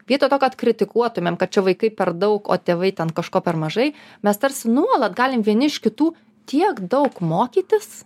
vietoj to kad kritikuotumėm kad čia vaikai per daug o tėvai ten kažko per mažai mes tarsi nuolat galim vieni iš kitų tiek daug mokytis